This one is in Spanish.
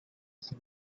ese